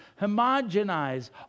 homogenize